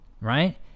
right